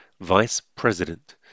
vice-president